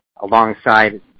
alongside